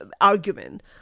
argument